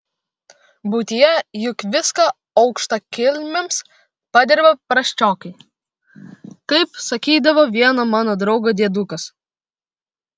buityje juk viską aukštakilmiams padirba prasčiokai kaip sakydavo vieno mano draugo diedukas